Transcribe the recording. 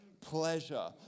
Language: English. pleasure